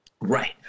Right